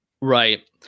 Right